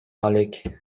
алек